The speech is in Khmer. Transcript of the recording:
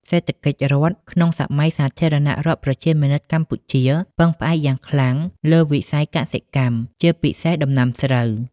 សេដ្ឋកិច្ចរដ្ឋក្នុងសម័យសាធារណរដ្ឋប្រជាមានិតកម្ពុជា ពឹងផ្អែកយ៉ាងខ្លាំងលើវិស័យកសិកម្ម ជាពិសេសដំណាំស្រូវ។